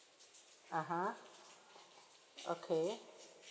(uh huh) okay